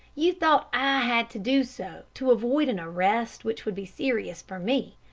you thought i had to do so to avoid an arrest which would be serious for me.